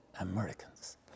Americans